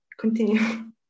continue